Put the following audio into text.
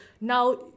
Now